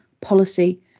policy